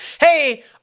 Hey